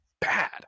bad